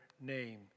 name